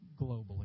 globally